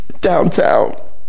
Downtown